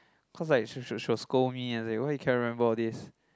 cause like she will she will scold me and said why you cannot remember all these